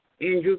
Andrew